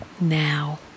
now